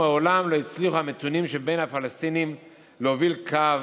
מעולם לא הצליחו המתונים שבין הפלסטינים להוביל קו